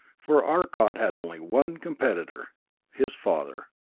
for arcot had only one competitor his father.